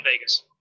Vegas